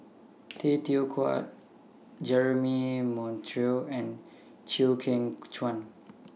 Tay Teow Kiat Jeremy Monteiro and Chew Kheng Chuan